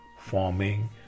Forming